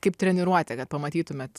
kaip treniruotė kad pamatytumėt